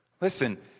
Listen